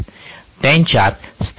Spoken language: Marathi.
त्यांच्यात स्थिर टॉर्क क्षमता देखील असेल